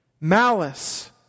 Malice